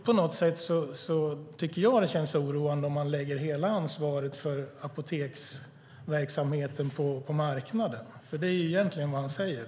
På något sätt tycker jag att det känns oroande om man lägger hela ansvaret för apoteksverksamheten på marknaden, för det är egentligen vad han säger.